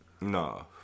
no